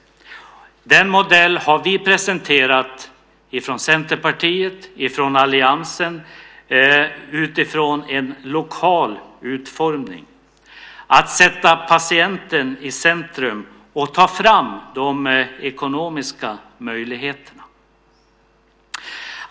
Den modellen har vi presenterat från Centerpartiet och från alliansen utifrån en lokal utformning. Det gäller att sätta patienten i centrum och ta fram de ekonomiska möjligheterna.